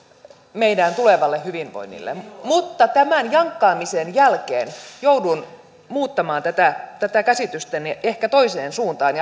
meidän tulevalle hyvinvoinnille mutta tämän jankkaamisen jälkeen joudun muuttamaan tätä tätä käsitystäni ehkä toiseen suuntaan